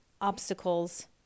obstacles